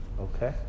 Okay